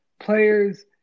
players